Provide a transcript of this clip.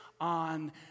on